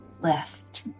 left